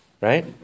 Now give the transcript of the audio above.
Right